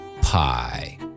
pie